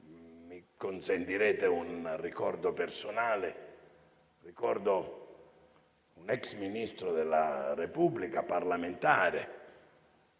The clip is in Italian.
mi consentirete un ricordo personale, relativo a un ex ministro della Repubblica parlamentare,